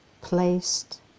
placed